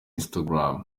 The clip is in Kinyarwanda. instagram